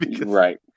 Right